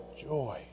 joy